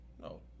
No